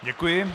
Děkuji.